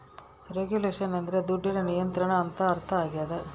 regulation ಅಂದ್ರೆ ದುಡ್ಡಿನ ನಿಯಂತ್ರಣ ಅಂತ ಅರ್ಥ ಆಗ್ಯದ